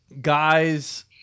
guys